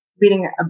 reading